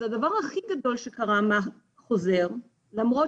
אז הדבר הכי גדול שקרה מאז יציאת החוזר ולמרות